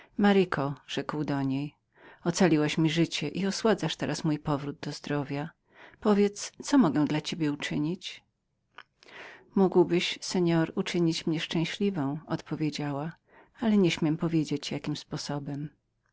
rzekł do niej ocaliłaś mi życie i osładzasz teraz mój powrót do zdrowia powiedz co mogę dla ciebie uczynić mógłbyś pan uczynić mnie szczęśliwą odpowiedziała ale nie śmiem powiedzieć jakim sposobem